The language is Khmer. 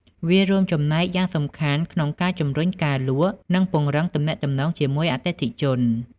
វារួមចំណែកយ៉ាងសំខាន់ក្នុងការជំរុញការលក់ និងពង្រឹងទំនាក់ទំនងជាមួយអតិថិជន។